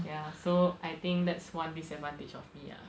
ya so I think that's one disadvantage of me ah